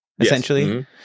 essentially